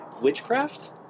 witchcraft